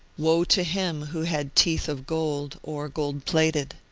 woe to him who had teeth of gold, or gold plated.